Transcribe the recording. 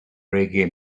reggae